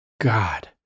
God